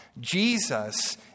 Jesus